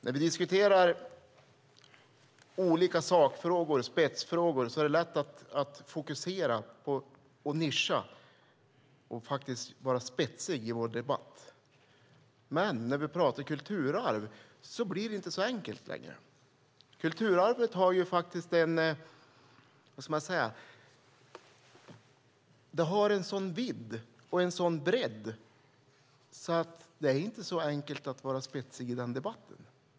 När vi diskuterar olika sakfrågor och spetsfrågor är det lätt att fokusera och nischa och vara spetsig i vår debatt. Men när vi talar kulturarv blir det inte så enkelt längre. Kulturarvet har en sådan vidd och en sådan bredd att det inte är så enkelt att vara spetsig i debatten.